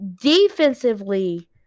defensively